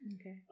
Okay